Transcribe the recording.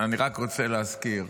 אני רק רוצה להזכיר,